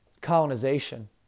colonization